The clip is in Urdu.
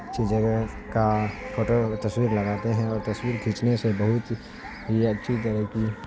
اچھی جگہ کا فوٹو تصویر لگاتے ہیں اور تصویر کھینچنے سے بہت ہی اچھی طرح کی